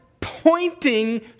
pointing